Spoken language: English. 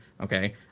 Okay